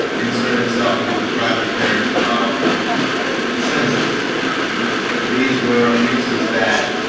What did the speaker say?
insert itself into the private affairs of the citizens these were abuses that